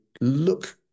look